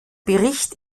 bericht